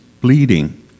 bleeding